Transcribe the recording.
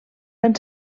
van